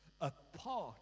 apart